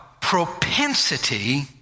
propensity